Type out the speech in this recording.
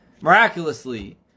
Miraculously